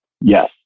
Yes